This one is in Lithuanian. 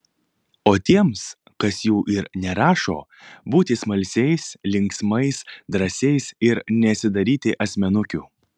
o tiems kas jų ir nerašo būti smalsiais linksmais drąsiais ir nesidaryti asmenukių